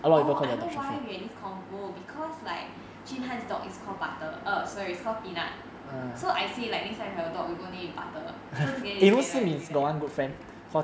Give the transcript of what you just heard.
orh I know why we have this combo because like jun han dog is called butter err sorry it's called peanut so I say like next time you have a dog you go and name butter so together they name as peanut